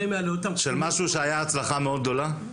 משהו שהיה הצלחה מאוד גדולה?